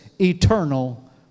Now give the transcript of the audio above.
eternal